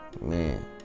man